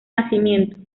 nacimiento